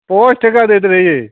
पाँच टका दैत रहै अइ